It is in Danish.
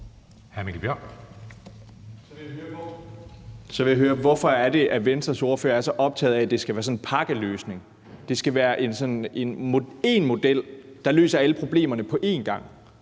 Mikkel Bjørn (DF): Så vil jeg høre: Hvorfor er det, at Venstres ordfører er så optaget af, at det skal være sådan en pakkeløsning, at det skal være sådan én model, der løser alle problemerne på én gang?